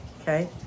okay